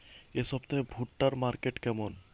এই সপ্তাহে ভুট্টার মার্কেট কেমন?